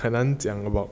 很难讲 about